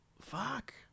Fuck